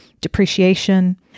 depreciation